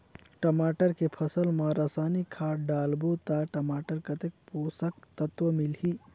टमाटर के फसल मा रसायनिक खाद डालबो ता टमाटर कतेक पोषक तत्व मिलही?